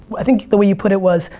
i think the way you put it was,